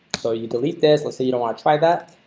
so you delete this. let's say you don't want to try that.